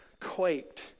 quaked